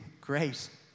great